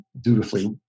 dutifully